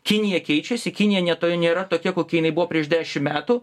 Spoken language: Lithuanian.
kinija keičiasi kinija ne to nėra tokia kokia jinai buvo prieš dešim metų